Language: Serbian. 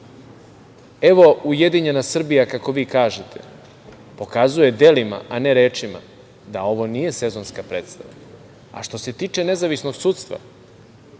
ujedinjena Srbija, kako vi kažete, pokazuje delima, a ne rečima, da ovo nije sezonska predstava. A, što se tiče nezavisnog sudstva,